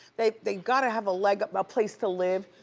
they they gotta have a leg up, a place to live.